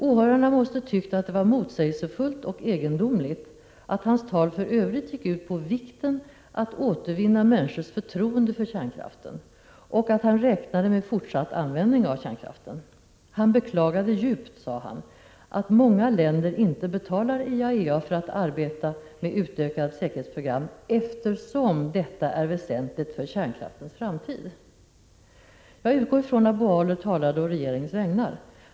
Åhörarna måste ha tyckt att det var motsägelsefullt och egendomligt att hans tal för Övrigt gick ut på vikten av att återvinna människors förtroende för kärnkraften och att han räknade med fortsatt användning av kärnkraften. Han beklagade djupt, sade han, att många länder inte betalar IAEA för att arbeta med utökat säkerhetsprogram, eftersom detta är väsentligt för kärnkraftens framtid. Jag utgår från att Bo Aler talade å regeringens vägnar.